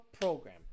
program